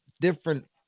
different